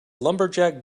lumberjack